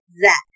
Zach